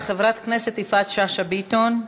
חברת הכנסת יפעת שאשא ביטון,